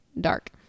Dark